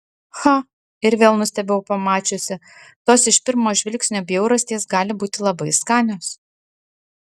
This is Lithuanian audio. cha ir vėl nustebau pamačiusi tos iš pirmo žvilgsnio bjaurastys gali būti labai skanios